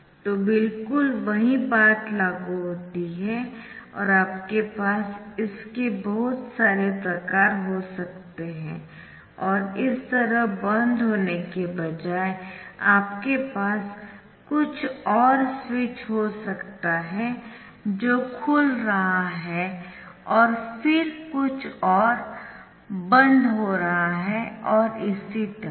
तो बिल्कुल वही बात लागू होती है और आपके पास इसके बहुत सारे प्रकार हो सकते है और इस तरह बंद होने के बजाय आपके पास कुछ और स्विच हो सकता है जो खुल रहा है और फिर कुछ और बंद हो रहा है और इसी तरह